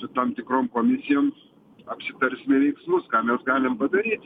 su tom tikrom komisijom apsitarsime veiksmus ką mes galim padaryti